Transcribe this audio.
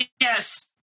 Yes